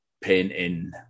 painting